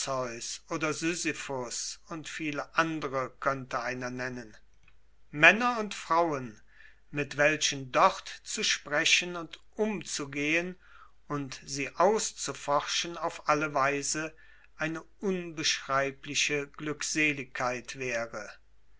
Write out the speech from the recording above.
oder sisyphos und viele andere könnte einer nennen männer und frauen mit welchen dort zu sprechen und umzugehen und sie auszuforschen auf alle weise eine unbeschreibliche glückseligkeit wäre